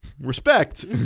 Respect